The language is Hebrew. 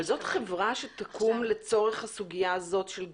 אבל זאת חברה שתקום לצורך הסוגיה הזאת של גבייה.